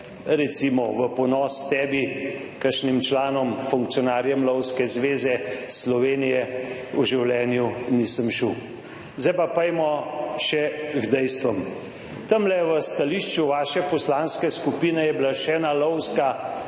recimo v ponos tebi, kakšnim članom, funkcionarjem Lovske zveze Slovenije, v življenju nisem šel. Zdaj pa pojdimo še k dejstvom. Tam v stališču vaše poslanske skupine je bila še ena lovska,